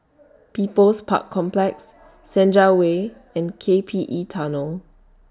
People's Park Complex Senja Way and K P E Tunnel